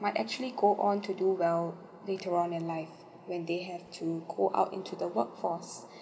might actually go on to do well later on in life when they have to go out into the workforce